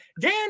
Dan